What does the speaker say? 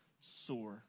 sore